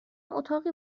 اتاقی